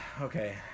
Okay